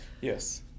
Yes